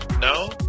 No